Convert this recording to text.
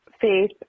faith